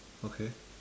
okay